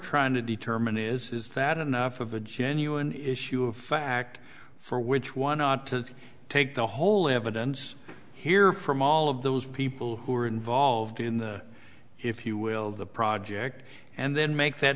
trying to determine is that enough of a genuine issue of fact for which one ought to take the whole evidence here from all of those people who are involved in the if you will the project and then make that